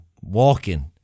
walking